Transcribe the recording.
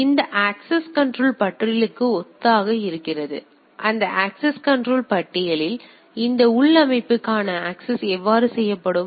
எனவே இது இந்த பட்டியலுக்கு ஒத்ததாக இருக்கிறது இந்த ஆக்சஸ் கண்ட்ரோல் பட்டியலில் இந்த உள் அமைப்புகளுக்கான ஆக்சஸ் எவ்வாறு செய்யப்படும்